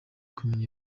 kumenya